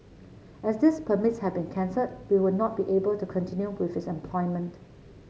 as these permits have been cancelled we would not be able to continue with his employment